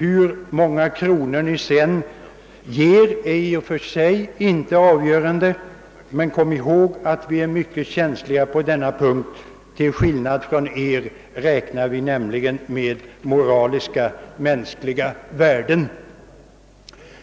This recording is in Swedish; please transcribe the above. Hur många kronor vi sedan ger är i och för sig inte avgörande. Vi skall komma ihåg att de är mycket känsliga på denna punkt. Till skillnad från oss räknar de nämligen med moraliska mänskliga värden.